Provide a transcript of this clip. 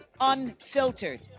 unfiltered